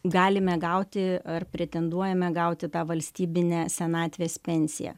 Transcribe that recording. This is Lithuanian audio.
galime gauti ar pretenduojame gauti tą valstybinę senatvės pensiją